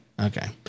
Okay